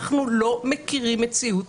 אנחנו לא מכירים מציאות